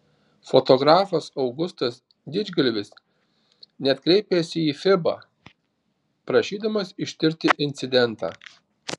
fotografas augustas didžgalvis net kreipėsi į fiba prašydamas ištirti incidentą